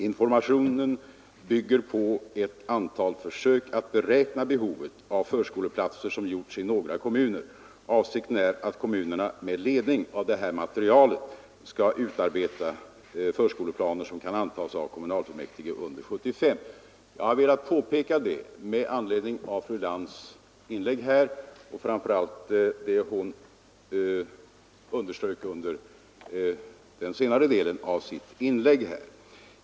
Informationen bygger på ett antal försök att beräkna behovet av förskoleplatser som gjorts i några kommuner. Avsikten är att kommunerna med ledning av det materialet skall utarbeta förskoleplaner som kan antas av kommunfullmäktige under 1975. Jag har velat påpeka detta med anledning av fru Lantz” inlägg och framför allt det hon underströk i den senare delen av sitt inlägg.